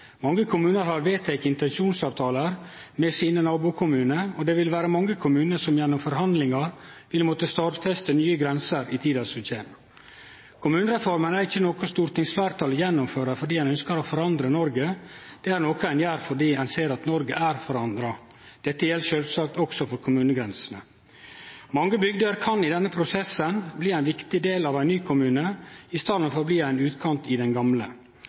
Mange kommunar har vedteke intensjonsavtaler med nabokommunane, og det vil vere mange kommunar som gjennom forhandlingar vil måtte stadfeste nye grenser i tida som kjem. Kommunereforma er ikkje noko som stortingsfleirtalet gjennomfører fordi ein ynskjer å forandre Noreg. Det er noko ein gjer fordi ein ser at Noreg er forandra. Dette gjeld sjølvsagt også for kommunegrensene. Mange bygder kan i denne prosessen bli ein viktig del av ein ny kommune i staden for å bli ein utkant i den gamle.